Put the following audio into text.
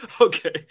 Okay